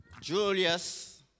Julius